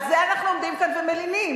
על זה אנחנו עומדים כאן ומלינים.